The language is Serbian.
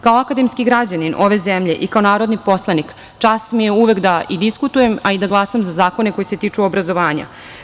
Kao akademski građanin ove zemlje i kao narodni poslanik, čast mi je uvek da i diskutujem, a i da glasam za zakone koji se tiču obrazovanja.